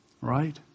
Right